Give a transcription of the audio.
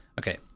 Okay